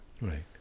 Right